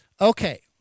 Okay